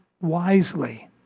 wisely